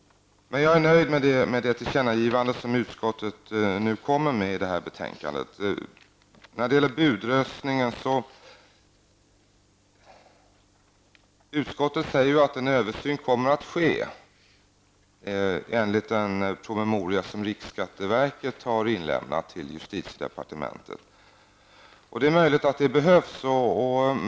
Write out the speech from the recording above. Men jag är alltså nöjd med det tillkännagivande som utskottet gör i detta betänkande. När det gäller budröstningen säger utskottet att en översyn kommer att ske, enligt en promemoria som riksskatteverket har inlämnat till justitiedepartementet. Det är möjligt att en sådan översyn behövs.